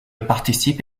participe